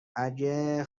اگه